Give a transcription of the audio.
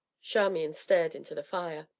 charmian stared into the fire.